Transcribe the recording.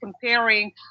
comparing